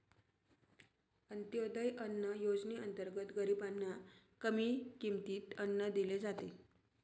अंत्योदय अन्न योजनेअंतर्गत गरीबांना कमी किमतीत अन्न दिले जाते